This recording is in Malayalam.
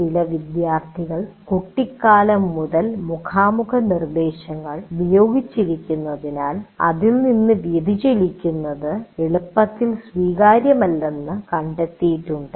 ചില വിദ്യാർത്ഥികൾ കുട്ടിക്കാലം മുതൽ മുഖാമുഖം നിർദ്ദേശങ്ങൾ ഉപയോഗിച്ചിരിക്കുന്നതിനാൽ അതിൽ നിന്ന് വ്യതിചലിക്കുന്നത് എളുപ്പത്തിൽ സ്വീകാര്യമല്ലെന്ന് കണ്ടെത്തിയിട്ടുണ്ട്